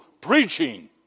preaching